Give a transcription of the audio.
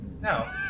No